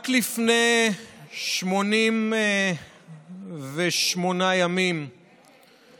רק לפני 88 ימים עמדנו כאן